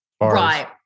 right